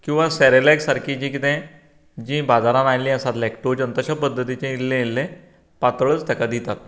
किंवां सेरेलेक सारकीं जे कितें जी बाजारांत आयिल्ले आसा लेक्टोजन तशें पद्दतीचें इल्लें इल्लें पातळच ताका दितात